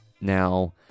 Now